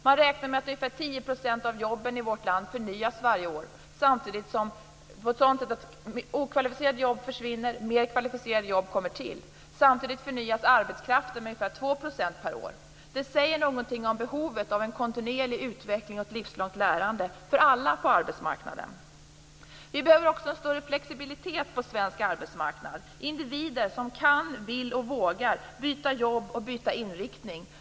Man räknar med att ungefär 10 % av jobben i vårt land förnyas varje år genom att okvalificerade jobb försvinner och mer kvalificerade jobb kommer till. Samtidigt sker det en förnyelse av arbetskraften med ungefär 2 % per år. Det säger någonting om behovet av en kontinuerlig utveckling och ett livslångt lärande för alla på arbetsmarknaden. Vi behöver också en större flexibilitet på svensk arbetsmarknad med individer som kan, vill och vågar byta jobb och inriktning.